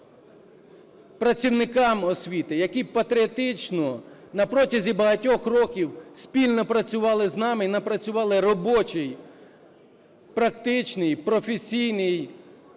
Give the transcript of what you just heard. працівникам освіти, які патріотично на протязі багатьох років спільно працювали з нами і напрацювали робочий, практичний, професійний